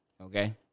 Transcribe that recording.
Okay